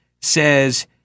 says